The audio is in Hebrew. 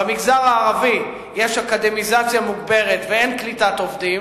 במגזר הערבי יש אקדמיזציה מוגברת ואין קליטת עובדים.